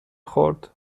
خورد